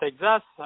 Texas